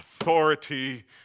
authority